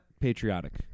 patriotic